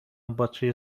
باتری